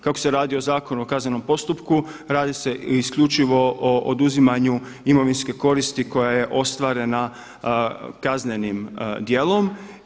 Kako se radi o Zakonu o kaznenom postupku radi se isključivo o oduzimanju imovinske koristi koja je ostvarena kaznenim djelom.